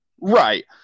Right